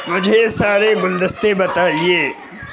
مجھے سارے گلدستے بتائیے